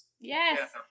yes